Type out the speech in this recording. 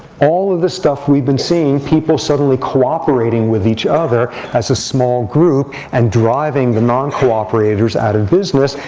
all of the stuff we've been seeing, people suddenly cooperating with each other as a small group, and driving the non-cooperators out of business,